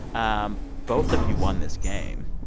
um both of you won this game.